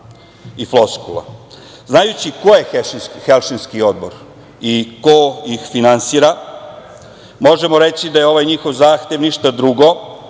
i floskula. Znajući ko je Helsinški odbor i ko ih finansira, možemo reći da je ovaj njihov zahtev ništa drugo